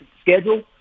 schedule